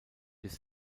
bis